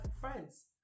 friends